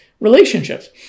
relationships